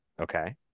okay